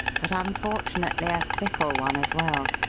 but, unfortunately, a fickle one as well.